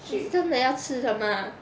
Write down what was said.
你真的要吃的吗